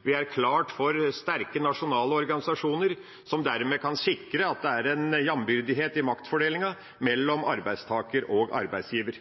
Vi er klart for sterke, nasjonale organisasjoner, som dermed kan sikre at det er en jambyrdighet i maktfordelingen mellom arbeidstaker og arbeidsgiver.